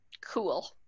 Cool